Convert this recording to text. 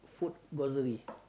food grocery